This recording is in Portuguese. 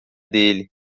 dele